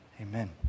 Amen